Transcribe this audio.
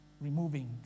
Removing